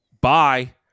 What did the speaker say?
Bye